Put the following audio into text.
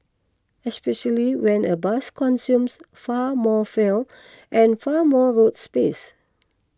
especially when a bus consumes far more fuel and far more road space